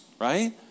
right